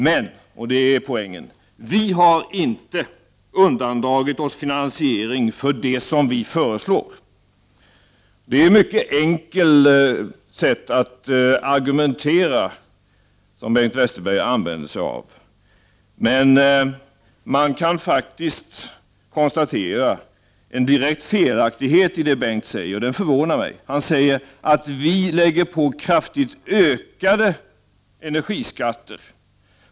Men, och det är poängen, vi har inte undandragit oss finansiering för det som vi föreslår. Det är ett mycket enkelt sätt att argumentera som Bengt Westerberg använder sig av. Men man kan faktiskt konstatera en direkt felaktighet i det Bengt Westerberg säger, och det förvånar mig. Han säger att vi lägger på kraftigt ökade energiskatter.